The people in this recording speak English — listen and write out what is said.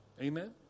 Amen